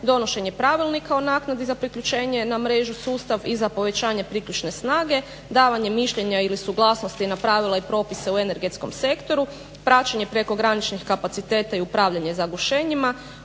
donošenje Pravilnika o naknadi za priključenje na mrežu sustav i za povećanje priključne snage, davanje mišljenja ili suglasnosti na pravila i propise u energetskom sektoru, praćenje prekograničnih kapaciteta i upravljanje zagušenjima,